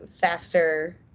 faster